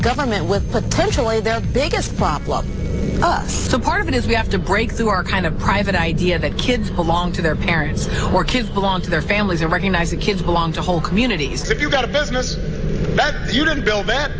government with potentially their biggest pop law so part of it is we have to break through our kind of private idea that kids belong to their parents or kids belong to their families and recognize that kids belong to whole communities if you've got a business that you didn't build that